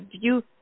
view